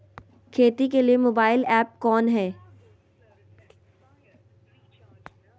खेती के लिए मोबाइल ऐप कौन है?